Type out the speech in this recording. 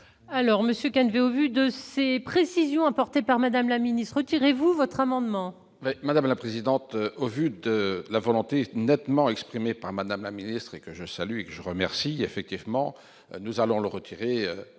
Monsieur Canivet, au vu de ces précisions apportées par Madame la Ministre, tirez-vous votre amendement. Madame la présidente, au vu de la volonté nettement exprimé par Madame la ministre et que je salue, que je remercie, effectivement, nous allons le retirer